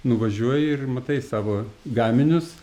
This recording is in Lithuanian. nuvažiuoji ir matai savo gaminius